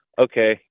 okay